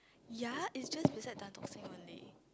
ya is just beside Tan-Tock-Seng only